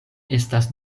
estas